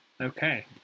Okay